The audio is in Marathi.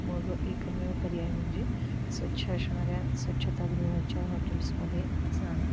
मग एकमेव पर्याय म्हणजे स्वच्छ असणाऱ्या स्वच्छतागृहाच्या हॉटेल्समध्ये जाणं